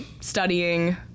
studying